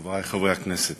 חברי חברי הכנסת,